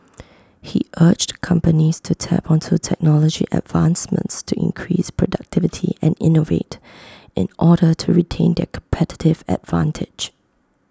he urged companies to tap onto technology advancements to increase productivity and innovate in order to retain their competitive advantage